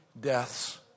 deaths